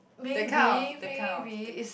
the kind of that kind of things